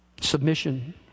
Submission